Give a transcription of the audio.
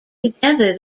together